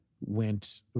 went